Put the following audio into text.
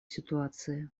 ситуации